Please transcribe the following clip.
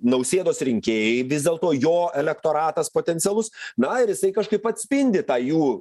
nausėdos rinkėjai vis dėlto jo elektoratas potencialus na ir jisai kažkaip atspindi tą jų